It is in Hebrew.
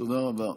תודה רבה.